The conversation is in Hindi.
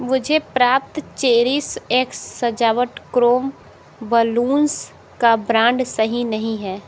मुझे प्राप्त चेरिश एक्स सजावट क्रोम बलून्स का ब्रांड सही नहीं है